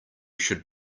should